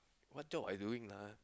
what job are you doing lah